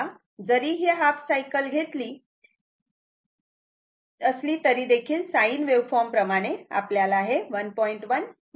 तेव्हा जरी ही हाफ सायकल असली तरीदेखील साईन वेव्हफॉर्म प्रमाणे आपल्याला हे 1